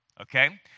okay